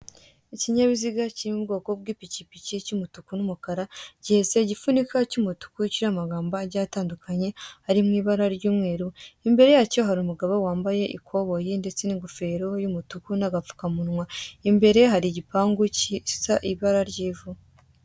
Ikinyabiziga kiri mu bwoko bw'ipikipiki cy'umutuku n'umukara gihetse igifunika cy'umutuku kiriho amagambo agiye atandukanye ari mu ibara ry'umweru. Imbere yacyo hari umugabo wambaye ikoboyi ndetse n'ingofero y'umutuku ndetse n'agapfukamunwa. Imbere hari igipangu gisa ibara ry'ivu.